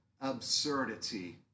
absurdity